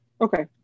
Okay